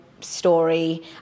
story